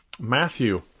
Matthew